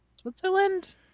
Switzerland